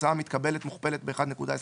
והתוצאה המתקבלת מוכפלת ב־1.25,